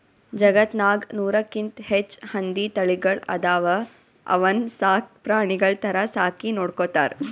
ಜಗತ್ತ್ನಾಗ್ ನೂರಕ್ಕಿಂತ್ ಹೆಚ್ಚ್ ಹಂದಿ ತಳಿಗಳ್ ಅದಾವ ಅವನ್ನ ಸಾಕ್ ಪ್ರಾಣಿಗಳ್ ಥರಾ ಸಾಕಿ ನೋಡ್ಕೊತಾರ್